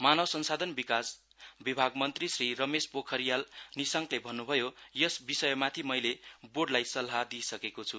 मानव संसाधन विभाग मन्त्री श्री रमेश पोखरियाल निसाङ्कले भन्न् भयो यस विषयमाथि मैले बोर्डलाई सल्लाह दिइसकेको छ्